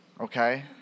okay